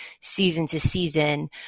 season-to-season –